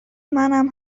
منم